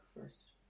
first